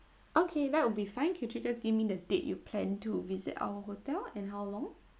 okay that will be fine could you just give me the date you plan to visit our hotel and how long